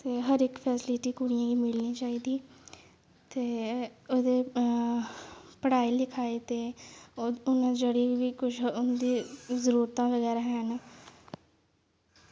ते हर इक फैसिलिटी कुड़ियें गी होनी चाहिदियां ते ओह्दे बाद पढ़ाई लिखाई ते होर जेह्ड़ी बी किश उं'दी जरूरतां बगैरा हैन